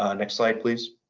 ah next slide, please.